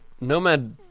Nomad